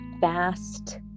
vast